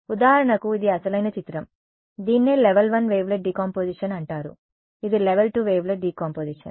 ఉదాహరణకు ఇది అసలైన చిత్రం దీన్నే లెవల్ 1 వేవ్లెట్ డికంపోజిషన్ అంటారు ఇది లెవల్ 2 వేవ్లెట్ డికంపోజిషన్